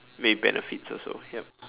maybe benefits also yup